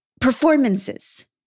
Performances